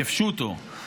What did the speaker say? כפשוטו.